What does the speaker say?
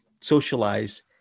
socialize